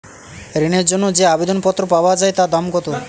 ঋণের জন্য যে আবেদন পত্র পাওয়া য়ায় তার দাম কত?